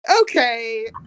Okay